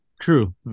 True